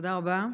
תודה רבה.